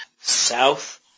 south